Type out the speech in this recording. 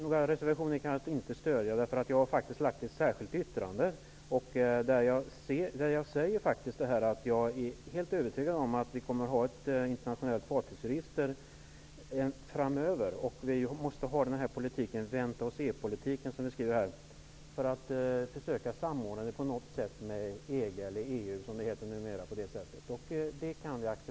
Herr talman! Jag kan inte stödja reservationen. Jag har faktist fogat ett särskilt yttrande till betänkandet där jag säger att jag är helt övertygad om att det kommer att finnas ett svenskt fartygsregister framöver. Det får bli ''vänta-och-sepolitiken'' för att försöka samordna registret med EG -- eller EU som det heter numera. Det kan vi i